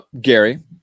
Gary